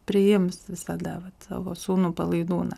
priims visada vat savo sūnų palaidūną